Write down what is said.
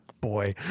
Boy